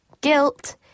Guilt